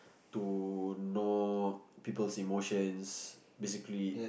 to know people's emotions basically